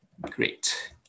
Great